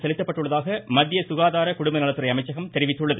நாடு செலுத்தப்பட்டுள்ளதாக மத்திய சுகாதார குடும்பநலத்துறை அமைச்சகம் தெரிவித்துள்ளது